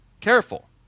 Careful